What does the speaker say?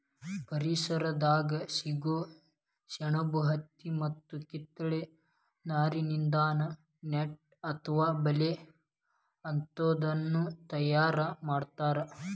ಪರಿಸರದಾಗ ಸಿಗೋ ಸೆಣಬು ಹತ್ತಿ ಮತ್ತ ಕಿತ್ತಳೆ ನಾರಿನಿಂದಾನು ನೆಟ್ ಅತ್ವ ಬಲೇ ಅಂತಾದನ್ನ ತಯಾರ್ ಮಾಡ್ತಾರ